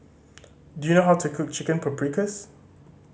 do you know how to cook Chicken Paprikas